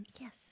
Yes